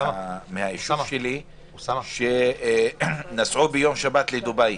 מהיישוב שלי שנסעו ביום שבת לדובאי.